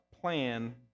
plan